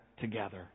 together